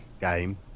game